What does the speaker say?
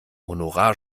honorar